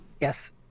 Yes